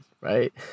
right